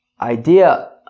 idea